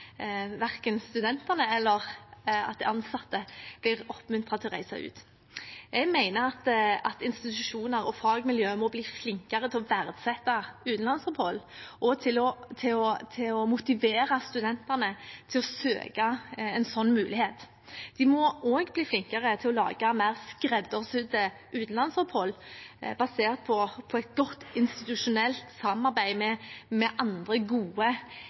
verken studenter eller ansatte blir oppmuntret til å reise ut. Jeg mener at institusjoner og fagmiljøer må bli flinkere til å verdsette utenlandsopphold og til å motivere studentene til å søke en slik mulighet. De må også bli flinkere til å lage mer skreddersydde utenlandsopphold, basert på et godt institusjonelt samarbeid med andre gode